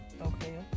Okay